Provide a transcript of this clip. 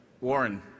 Warren